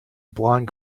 blonde